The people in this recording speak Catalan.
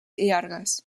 llargues